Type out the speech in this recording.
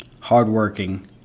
hardworking